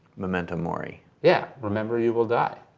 memento morning. yeah, remember you will die.